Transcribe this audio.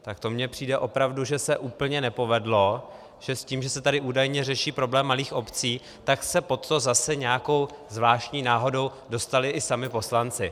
Tak to mi přijde opravdu, že se úplně nepovedlo, že s tím, že se tady údajně řeší problém malých obcí, tak se pod to zase nějakou zvláštní náhodou dostali i sami poslanci.